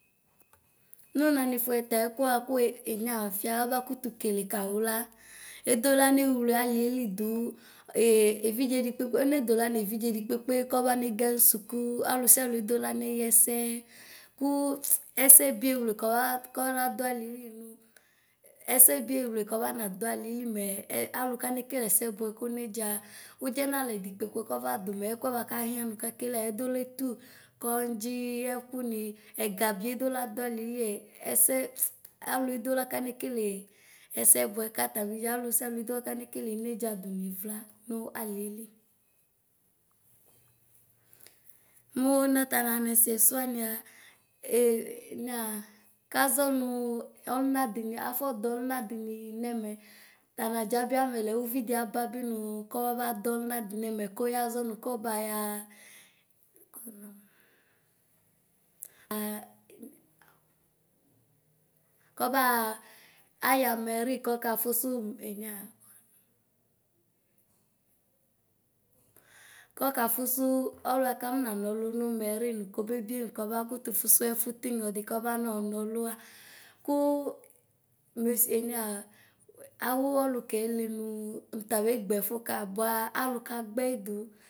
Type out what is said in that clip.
Nu nanifuɛ ta ɛkuɛku we enia faha bakutu kele kawu la, edola newle alielidu ee evidzedikpekpe ledola nevidze dikpekpe kɔbanegɛŋ nsukvu alusialu edula neyiɛsɛ; kuptsi ɛsɛbiewle Kɔba kɔsɛduaɖiblɛ nu ɛsɛkɛwɛle kɔbana duabielime. Alu kanekɛkɛ ɛsɛbɛ konɛdzɔ, dzenɛkɛ dzikpɛkpɛ kɔfadume ɛkuɛ bɛkahia nu kakelea edole ku kɔyɛdzɛ, ɛkuni; ɛgabidu ladualielie; ɛsɛ plɛ avɔ duɖa kanekɛkɛ ɛsɛbɛ katani aluʃialu dula kanekɛkɛ inɛdzra nivla nu alibi. Mui ntananɛsɛsuania ɛɛ naa kɔɔ nuu sɩnadi afɔloʋna dinɛ nɛmɛ. tanadzahiame lɛ uridiahiɛhi nuu ɛ kɔbaduɛdzinadi nɛmɛ kɔyaʒɛ mu kɔhayaya a Kɔya. aya nɛmɛ kɔkafusu mɛnua. kɔkafusu dluɛ kadinalu nu mɛri kɔkebiɛ nkɔba kutufumɛfu, linyesi kɔbanonsɔnua kuu mɛsenaa, awuɔlukɛ ni nu tabegbɛfuka baa alukagbɛdu.